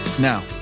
Now